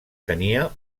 tenia